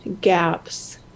gaps